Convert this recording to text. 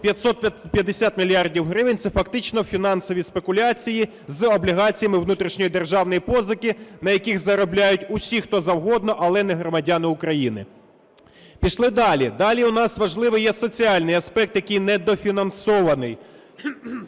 550 мільярдів гривень – це фактично фінансові спекуляції з облігаціями внутрішньої державної позики, на яких заробляють всі, хто завгодно, але не громадяни України. Пішли далі. Далі у нас важливий є соціальний аспект, який недофінансований.